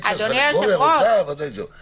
להגיד שהסנגוריה רוצה ---, אבל נשמע אותם.